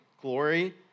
glory